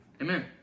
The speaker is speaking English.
Amen